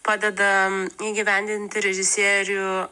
padedam įgyvendinti režisierių